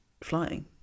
flying